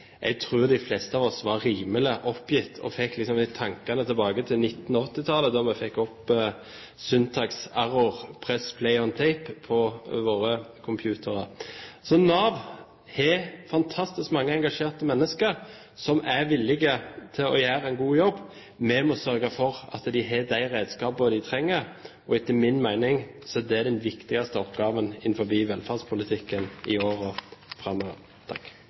Jeg tror at alle som var inne på det Nav-kontoret og så på at saksbehandlerne måtte sitte og punche inn på et nytt system ting som var registrert av brukerne på nettet, var rimelig oppgitt, og fikk litt tanker tilbake til 1980-tallet da vi fikk opp «syntax error – press play on tape» på våre computere. Nav har fantastisk mange engasjerte mennesker som er villige til å gjøre en god jobb. Vi må sørge for at de har de redskapene de trenger. Etter